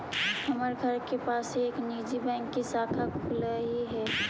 हमर घर के पास ही एक निजी बैंक की शाखा खुललई हे